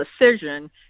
decision